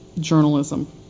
journalism